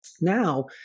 Now